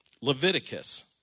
Leviticus